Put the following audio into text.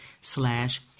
slash